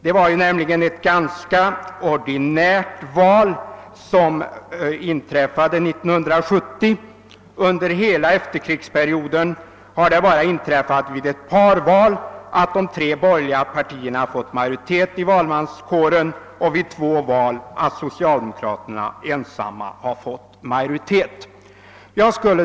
Resultatet av 1970 års val var nämligen ganska ordinärt. Det har under hela efterkrigsperioden bara vid ett par tillfällen inträffat att de tre borgerliga partierna fått majoritet i valmanskåren medan socialdemokraterna ensamma fått majoritet vid två val.